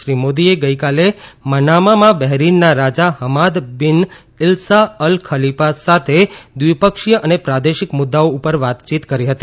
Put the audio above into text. શ્રી મોદીએ ગઈકાલે મનામામાં બહરીનના રાજા Hamad bin Isa Al Khalifa સાથે દ્વિપક્ષીય અને પ્રાદેશિક મૃદ્યઓ ઉપર વાતચીત કરી હતી